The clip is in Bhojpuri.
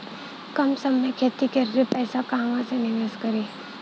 कम समय खातिर के पैसा कहवा निवेश करि?